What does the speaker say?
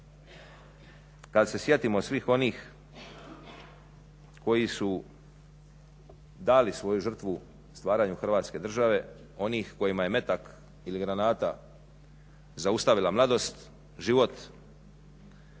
kad se sjetimo svih onih koji su dali svoju žrtvu u stvaranju hrvatske države, onih kojima je metak ili granata zaustavila mladost, život, onih